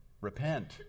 Repent